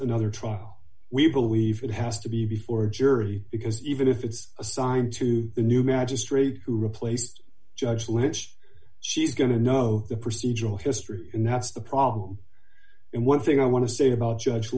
another trial we believe it has to be before a jury because even if it's assigned to the new magistrate who replaced judge lynch she's going to know the procedural history and that's the problem and one thing i want to say about judge